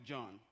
John